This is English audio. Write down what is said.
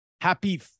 Happy